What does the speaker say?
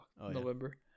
November